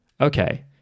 okay